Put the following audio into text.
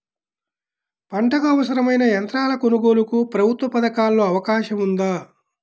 పంటకు అవసరమైన యంత్రాల కొనగోలుకు ప్రభుత్వ పథకాలలో అవకాశం ఉందా?